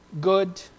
good